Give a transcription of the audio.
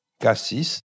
Cassis